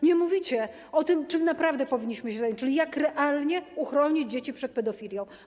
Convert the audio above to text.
Nie mówicie o tym, czym naprawdę powinniśmy się zająć, czyli jak realnie uchronić dzieci przed pedofilią.